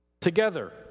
together